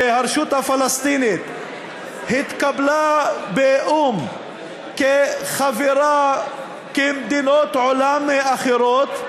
הרשות הפלסטינית התקבלה באו"ם כחברה כמדינות עולם אחרות,